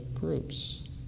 groups